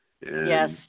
Yes